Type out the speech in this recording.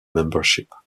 membership